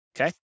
Okay